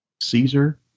Caesar